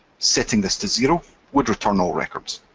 setting this to zero would return all records.